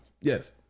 yes